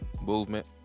movement